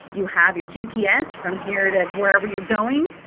you have your gps from here to wherever you're going.